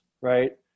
right